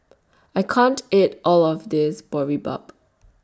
I can't eat All of This Boribap